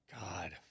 God